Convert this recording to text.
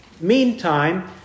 meantime